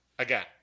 again